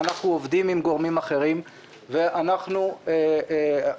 אנחנו עובדים עם גורמים אחרים.